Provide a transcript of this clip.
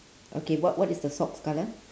okay what what is the socks colour